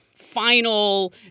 final